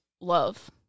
love